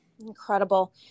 Incredible